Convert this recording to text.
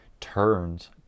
turns